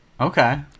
Okay